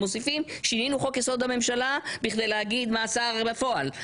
שינינו חוק יסוד: הממשלה כדי להגיד מה יצא לפועל.